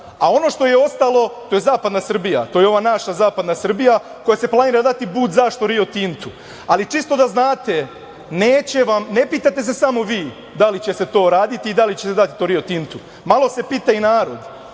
a ono što je ostalo, to je zapadna Srbija, to je ova naša zapadna Srbija, koja se planira dati bud zašto „Rio Tintu“. Ali, čisto da znate, ne pitate se samo vi da li će se to raditi i da li ćete to dati „Rio Tintu“, malo se pita i narod,